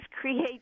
create